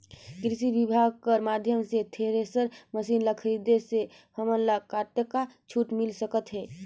कृषि विभाग कर माध्यम से थरेसर मशीन ला खरीदे से हमन ला कतका छूट मिल सकत हे?